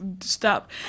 stop